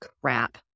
crap